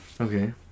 Okay